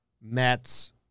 Mets